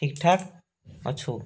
ଠିକ୍ଠାକ୍ ଅଛୁ